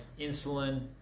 insulin